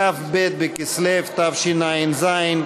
כ"ב בכסלו התשע"ז,